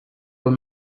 were